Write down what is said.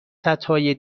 سدهای